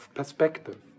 perspective